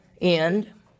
end